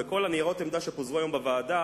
וכל ניירות העמדה שפוזרו היום בוועדה